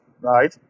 right